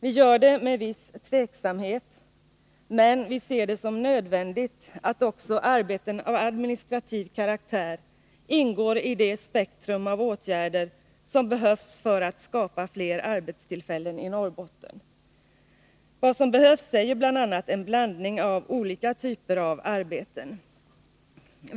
Vi gör det med viss tveksamhet, men vi ser det som nödvändigt att också arbeten av administrativ karaktär ingår i det spektrum av åtgärder som behövs för att skapa fler arbetstillfällen i Norrbotten. Vad som behövs är bl.a. en blandning av olika typer av arbeten.